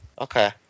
Okay